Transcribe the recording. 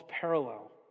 parallel